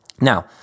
Now